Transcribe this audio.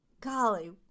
golly